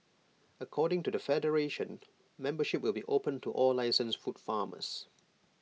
according to the federation membership will be opened to all licensed food farmers